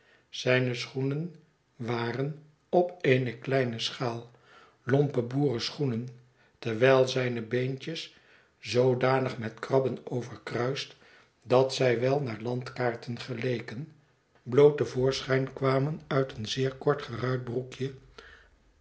zijne schoenen waren op eene kleine schaal lompe boerenschoenen terwijl zijne beentjes zoodanig met krabben overkruist dat zij wel naar landkaarten geleken bloot te voorschijn kwamen uit een zeer kort geruit broekje